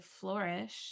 flourish